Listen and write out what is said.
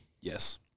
Yes